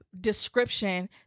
description